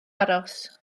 aros